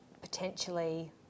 potentially